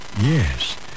Yes